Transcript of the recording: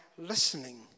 listening